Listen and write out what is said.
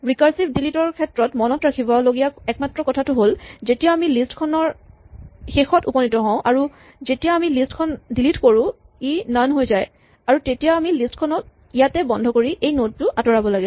recursive delete ৰ ক্ষেত্ৰত মনত ৰাখিবলগীয়া একমাত্ৰ কথাটো হ'ল যেতিয়া আমি লিষ্ট খনৰ শেষত উপনীত হওঁ আৰু আমি যেতিয়া লিষ্ট খন ডিলিট কৰোঁ ই নন হৈ যায় আৰু তেতিয়া আমি লিষ্ট খনক ইয়াতে বন্ধ কৰি এই নড টো আঁতৰাব লাগে